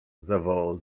zawołał